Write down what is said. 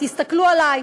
תסתכלו עלי,